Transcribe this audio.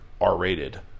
R-rated